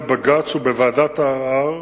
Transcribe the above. חומת ההפרדה,